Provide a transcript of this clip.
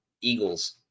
Eagles